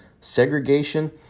segregation